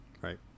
right